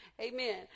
Amen